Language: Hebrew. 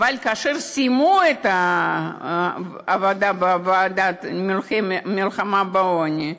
אבל כאשר סיימו את העבודה בוועדה למלחמה בעוני,